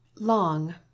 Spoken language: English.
Long